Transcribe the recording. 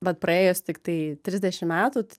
vat praėjus tiktai trisdešimt metų